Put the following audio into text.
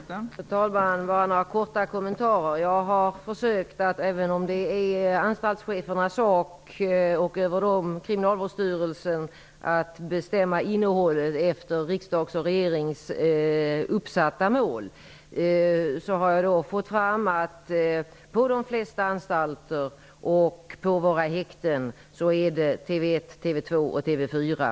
Fru talman! Jag skall bara göra några korta kommentarer. Det är anstaltschefernas sak -- och över dem finns Kriminalvårdsstyrelsen -- att bestämma innehållet efter riksdagens och regeringens uppsatta mål. Jag har fått fram att det på de flesta anstalter och häkten finns TV 1, TV 2 och TV 4.